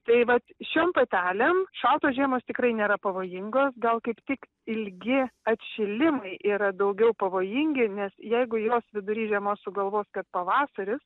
tai vat šiom patelėm šaltos žiemos tikrai nėra pavojingos gal kaip tik ilgi atšilimai yra daugiau pavojingi nes jeigu jos vidury žiemos sugalvos kad pavasaris